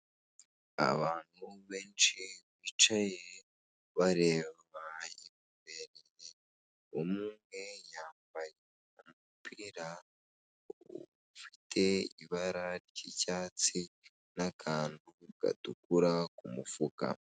Abantu benshi bicaye bareba imbere, umwe yambaye umupira ufite ibara ry'icyatsi n'akantu gatukura ku mufuka.